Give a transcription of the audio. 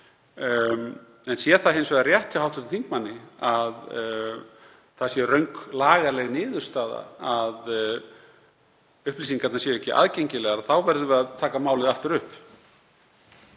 Sé það hins vegar rétt hjá hv. þingmanni að það sé röng lagaleg niðurstaða að upplýsingarnar séu ekki aðgengilegar þá verðum við að taka málið aftur upp.